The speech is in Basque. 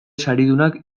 saridunak